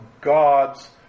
God's